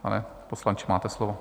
Pane poslanče, máte slovo.